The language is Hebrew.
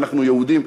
ואנחנו יהודים,